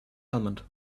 almond